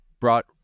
brought